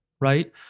right